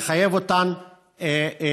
לחייב אותן לשלם,